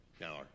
Now